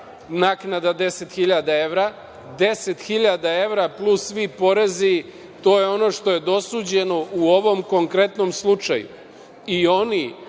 naknada 10.000 evra, 10.000 evra plus svi porezi, to je ono što je dosuđeno u ovom konkretnom slučaju.